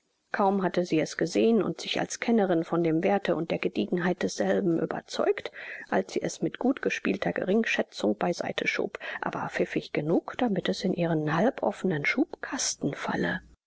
kaum hatte sie es gesehen und sich als kennerin von dem werthe und der gediegenheit desselben überzeugt als sie es mit gutgespielter geringschätzung bei seite schob aber pfiffig genug damit es in ihren halboffenen schubkasten falle